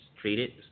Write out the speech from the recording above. treated